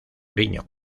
riñón